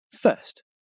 First